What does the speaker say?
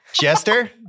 Jester